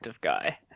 guy